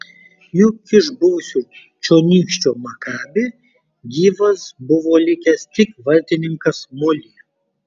juk iš buvusio čionykščio makabi gyvas buvo likęs tik vartininkas mulė